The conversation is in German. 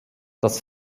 das